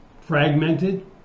fragmented